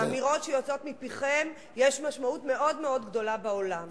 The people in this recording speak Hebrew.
לאמירות שיוצאות מפיכם יש משמעות מאוד מאוד גדולה בעולם.